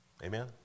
Amen